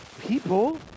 people